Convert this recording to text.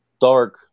dark